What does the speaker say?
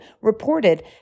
reported